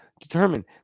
determined